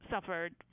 suffered